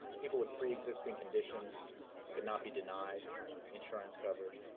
people with preexisting conditions could not be denied insurance coverage,